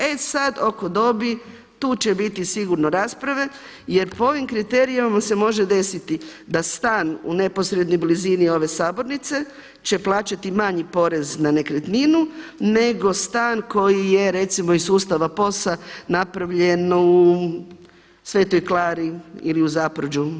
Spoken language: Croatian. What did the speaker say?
E sad, oko dobi tu će biti sigurno rasprave jer po ovim kriterijima se može desiti da stan u neposrednoj blizini ove sabornice će plaćati manji porez na nekretninu nego stan koji je recimo iz sustava POS-a napravljen u Svetoj Klari ili u Zapruđu.